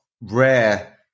rare